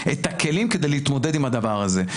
את הכלים כדי להתמודד עם הדבר הזה.